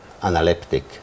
analeptic